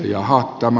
ja onhan tämä